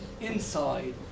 inside